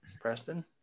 Preston